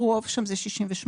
הרוב שם זה 69-68,